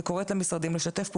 וקוראת למשרדים לשתף פעולה,